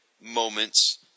moments